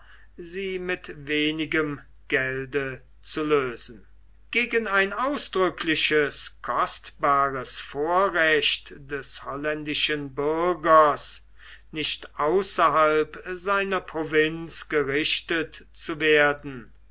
sie mit wenigem gelde zu lösen gegen ein ausdrückliches kostbares vorrecht des holländischen bürger nicht außerhalb seiner provinz gerichtet zu werden